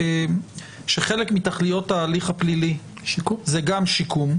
שחלק מתכליות ההליך הפלילי זה גם שיקום,